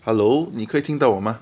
hello 你可以听到我吗